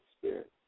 spirit